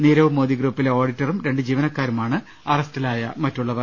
നീരവ് മോദി ഗ്രൂപ്പിലെ ഓഡിറ്ററും രണ്ട് ജീവനക്കാരുമാണ് അറസ്റ്റിലായ മറ്റുള്ളവർ